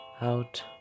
out